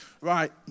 Right